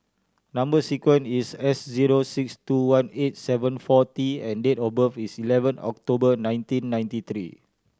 number sequence is S zero six two one eight seven four T and date of birth is eleven October nineteen ninety three